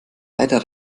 leider